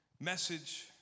message